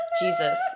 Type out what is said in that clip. Jesus